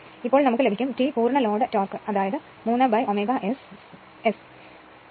ഇപ്പോൾ നമുക്ക് ലഭിക്കും T മുഴുവൻ ലോഡ് ഭ്രമണത്തിൽ 3ω S